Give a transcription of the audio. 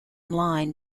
line